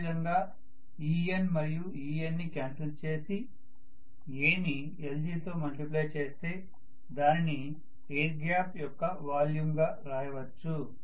అదే విధంగా ఈ N మరియు ఈ N ని కాన్సల్ చేసి A ని lg తో మల్టిప్లై చేస్తే దానిని ఎయిర్ గ్యాప్ యొక్క వాల్యూమ్ గా రాయవచ్చు